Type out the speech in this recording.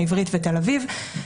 העברית ותל-אביב.